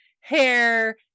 hair